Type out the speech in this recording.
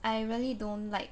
I really don't like